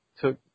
took